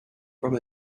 from